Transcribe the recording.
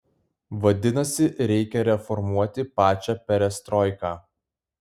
vadinasi reikia reformuoti pačią perestroiką